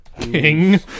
King